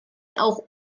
auch